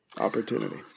Opportunity